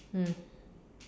mm